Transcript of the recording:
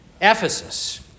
Ephesus